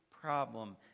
problem